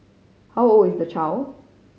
how old is the child